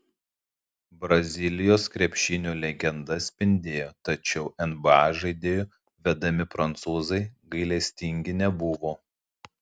brazilijos krepšinio legenda spindėjo tačiau nba žaidėjų vedami prancūzai gailestingi nebuvo